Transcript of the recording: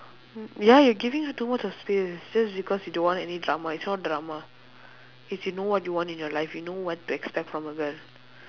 ya you're giving her too much of space just because you don't want any drama it's not drama it's you know what you want in your life you know what to expect from a girl